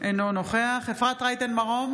אינו נוכח אפרת רייטן מרום,